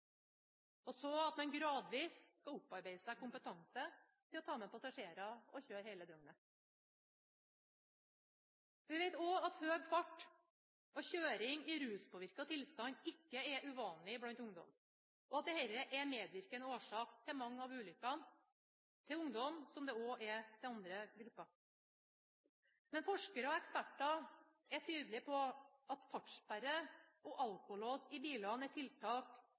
og så at en gradvis skal opparbeide seg kompetanse til å ta med passasjerer og kjøre hele døgnet. Vi vet også at høy fart og kjøring i ruspåvirket tilstand ikke er uvanlig blant ungdom, og at dette er medvirkende årsak til mange av ulykkene i denne gruppen, som det også er i andre grupper. Forskere og eksperter er tydelige på at fartssperre og alkolås i bilene er tiltak